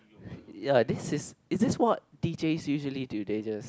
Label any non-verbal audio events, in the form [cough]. [breath] ya this is is this what d_js usually do they just